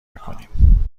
میکنیم